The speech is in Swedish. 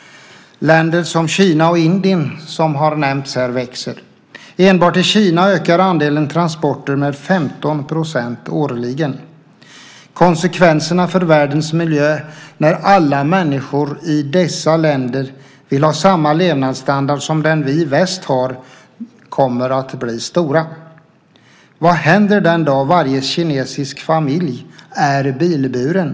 Länder som Kina och Indien, som har nämnts här, växer. Enbart i Kina ökar andelen transporter med 15 % årligen. Konsekvenserna för världens miljö när alla människor i dessa länder vill ha samma levnadsstandard som den vi i väst har kommer att bli stora. Vad händer den dag varje kinesisk familj är bilburen?